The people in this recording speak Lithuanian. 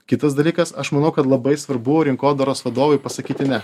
kitas dalykas aš manau kad labai svarbu rinkodaros vadovui pasakyti ne